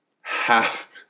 half